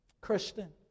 Christian